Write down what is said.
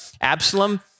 Absalom